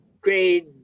grade